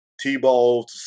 t-ball